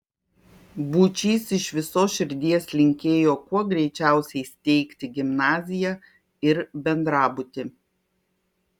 būčys iš visos širdies linkėjo kuo greičiausiai steigti gimnaziją ir bendrabutį